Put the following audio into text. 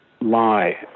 lie